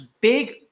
big